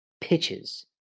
pitches